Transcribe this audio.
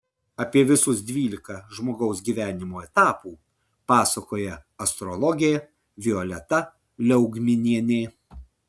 apie visus dvylika žmogaus gyvenimo etapų pasakoja astrologė violeta liaugminienė